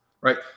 right